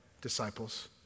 disciples